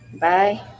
Bye